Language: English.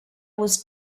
was